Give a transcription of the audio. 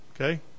Okay